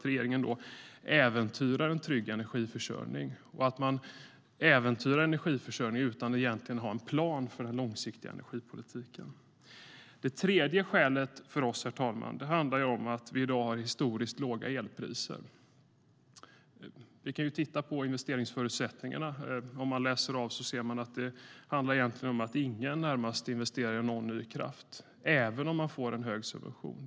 Regeringen äventyrar då en trygg energiförsörjning. Man äventyrar en energiförsörjning utan att egentligen ha en plan för den långsiktiga energipolitiken. Det tredje skälet för oss handlar om att vi i dag har historiskt låga elpriser. Vi kan titta på investeringsförutsättningarna. Om man läser av ser man att det handlar om att närmast ingen investerar i någon ny kraft även om de får en hög subvention.